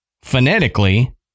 Phonetically